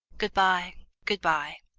good-bye good-bye,